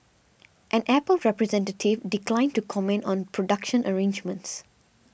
an Apple representative declined to comment on production arrangements